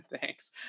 Thanks